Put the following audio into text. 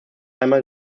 einmal